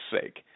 sake